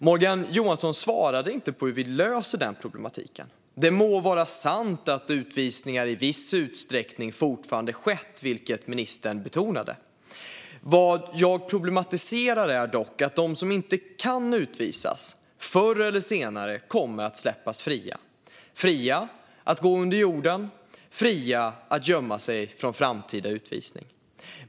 Morgan Johansson svarade inte på hur vi löser denna problematik. Det må vara sant att utvisningar i viss utsträckning fortfarande har skett, vilket ministern betonade. Vad jag problematiserar är dock att de som inte kan utvisas förr eller senare kommer att släppas fria - fria att gå under jorden och fria att gömma sig från framtida utvisning.